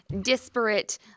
disparate